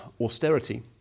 austerity